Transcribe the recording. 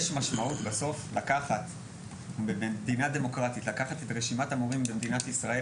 יש משמעות בסוף לקחת במדינה דמוקרטית את רשימת המורים במדינת ישראל